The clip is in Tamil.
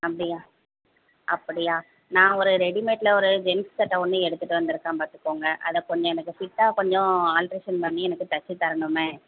அப்படியா அப்படியா நான் ஒரு ரெடிமேடில் ஒரு ஜென்ஸ் சட்டை ஒன்று எடுத்துட்டு வந்திருக்கேன் பார்த்துக்கோங்க அதை கொஞ்சம் எனக்கு ஃபிட்டாக கொஞ்சம் ஆல்ட்ரேஷன் பண்ணி எனக்கு தைச்சு தரணுமே